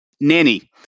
Nanny